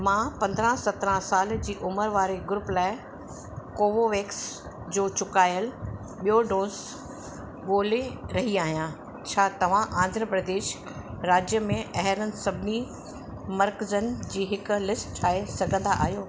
मां पंद्रहं सत्रहं साल जी उमिरि वारे ग्रूप लाइ कोवोवेक्स जो चुकायल ॿियो डोज़ ॻोल्हे रही आहियां छा तव्हां आंध्र प्रदेश राज्य में अहिड़नि सभिनी मर्कज़नि जी हिकु लिस्ट ठाहे सघंदा आहियो